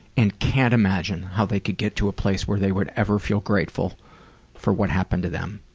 and can't imagine how they could get to a place where they would ever feel grateful for what happened to them.